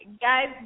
Guys